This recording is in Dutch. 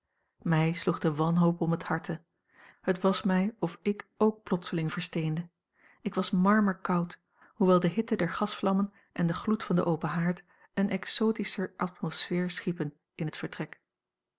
mij sloeg de wanhoop om het harte het was mij of ik ook plotseling versteende ik was marmerkoud hoewel de hitte der gasvlammen en de gloed van den open haard een extotische atmosfeer schiepen in het vertrek